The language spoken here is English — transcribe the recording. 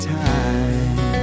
time